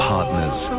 Partners